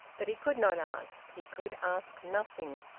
but he could not ask. he could ask nothing.